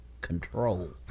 control